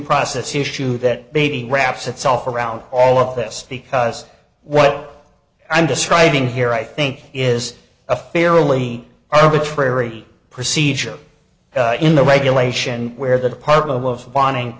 process issue that maybe wraps itself around all of this because what i'm describing here i think is a fairly arbitrary procedure in the regulation where the department of wanting